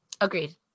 agreed